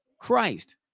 Christ